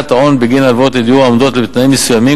ההון בגין הלוואות לדיור העומדות בתנאים מסוימים